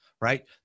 Right